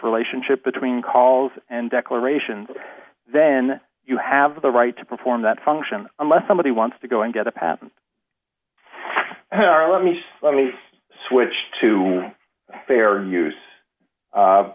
relationship between calls and declarations then you have the right to perform that function unless somebody wants to go and get a patent let me let me switch to fair use